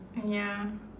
ya